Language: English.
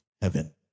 heaven